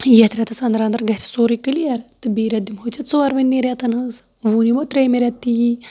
یَتھ ریٚتَس اَندر اَندر گژھِ سورُے کٕلیر تہٕ بیٚیہِ رٮ۪تہٕ دِمہوو ژےٚ ژوروٕنی رٮ۪تَن ہنٛز ووٚن یِمو تریمہِ رٮ۪تہٕ تہِ یی